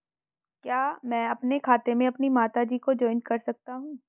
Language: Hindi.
क्या मैं अपने खाते में अपनी माता जी को जॉइंट कर सकता हूँ?